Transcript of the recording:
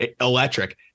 electric